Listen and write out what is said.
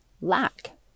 lack